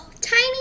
tiny